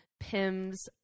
Pims